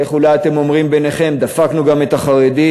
איך אולי אתם אומרים ביניכם, דפקנו גם את החרדים,